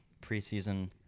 preseason